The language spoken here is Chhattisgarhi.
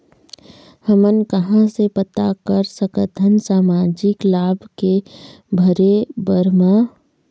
हमन कहां से पता कर सकथन सामाजिक लाभ के भरे बर मा?